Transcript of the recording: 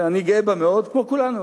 שאני גאה בה מאוד, כמו כולנו.